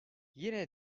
yine